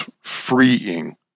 freeing